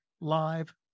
live